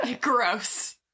Gross